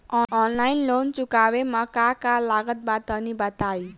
Online loan चुकावे म का का लागत बा तनि बताई?